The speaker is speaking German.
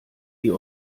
die